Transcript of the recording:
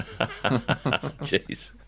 Jeez